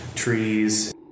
Trees